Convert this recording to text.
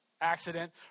Accident